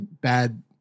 bad